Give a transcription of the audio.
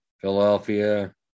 Philadelphia